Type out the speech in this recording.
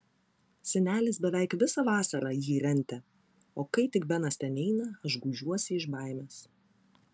senelis beveik visą vasarą jį rentė o kai tik benas ten eina aš gūžiuosi iš baimės